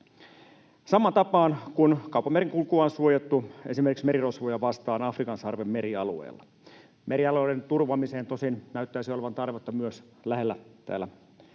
samaan tapaan kuin kauppamerenkulkua on suojattu esimerkiksi merirosvoja vastaan Afrikan sarven merialueella? Merialueiden turvaamiseen tosin näyttäisi olevan tarvetta myös lähellä täällä